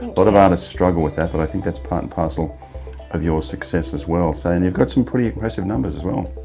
but of artists struggle with that, but i think that's part and parcel of your success as well. so and you've got some pretty impressive numbers as well.